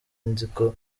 nziko